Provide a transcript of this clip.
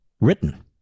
written